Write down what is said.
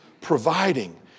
providing